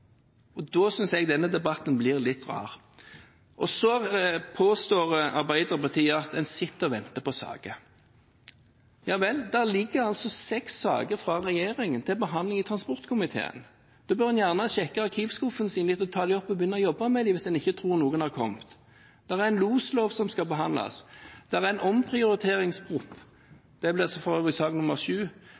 Da synes jeg denne debatten blir litt rar. Arbeiderpartiet påstår at en sitter og venter på saker. Ja vel, det ligger seks saker fra regjeringen til behandling i transportkomiteen. Det er bare å sjekke arkivskuffen sin, ta dem opp og begynne å jobbe med dem, hvis en tror at ingen saker har kommet. En loslov og en omprioriteringsproposisjon skal behandles. Den siste er for øvrig sak nr. 7. Det er en rekke saker i